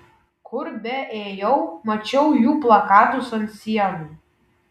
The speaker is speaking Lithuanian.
kur beėjau mačiau jų plakatus ant sienų